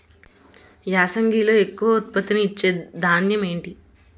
యాసంగిలో ఎక్కువ ఉత్పత్తిని ఇచే ధాన్యం ఏంటి?